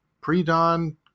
pre-dawn